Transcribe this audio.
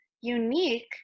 unique